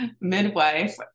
midwife